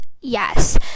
yes